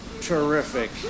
Terrific